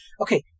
Okay